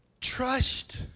Trust